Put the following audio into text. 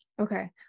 okay